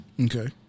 Okay